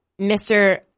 Mr